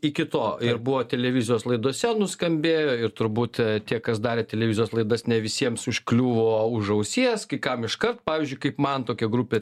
iki to ir buvo televizijos laidose nuskambėjo ir turbūt tie kas darė televizijos laidas ne visiems užkliuvo už ausies kai kam iškart pavyzdžiui kaip man tokia grupė